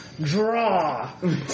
draw